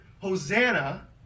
Hosanna